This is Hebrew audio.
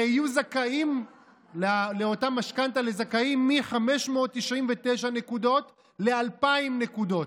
של הזכאים לאותה משכנתה מ-599 נקודות ל-2,000 נקודות,